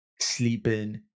sleeping